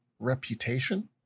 reputation